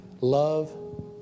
love